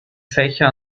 fächer